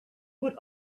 would